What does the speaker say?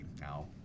Now